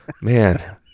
man